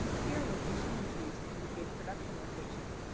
here location is used to indicate production location.